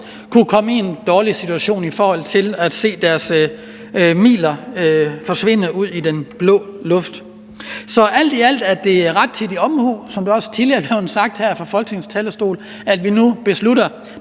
kunne komme i en dårlig situation i forhold til at se deres midler forsvinde ud i den blå luft. Så alt i alt er det rettidig omhu, som det også tidligere er blevet sagt her fra Folketingets talerstol, at vi nu beslutter